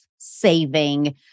saving